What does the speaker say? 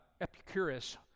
Epicurus